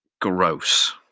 gross